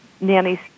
nannies